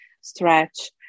stretch